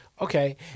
Okay